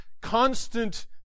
constant